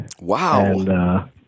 Wow